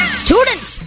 students